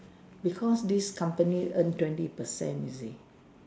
because this company earn twenty percent you see